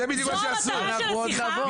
זו המטרה של השיחה?